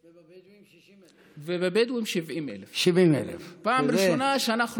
ומהבדואים 60,000. ומהבדואים 70,000. 70,000. פעם ראשונה שאנחנו,